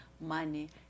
money